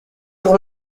pour